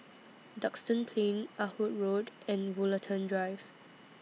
Duxton Plain Ah Hood Road and Woollerton Drive